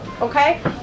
Okay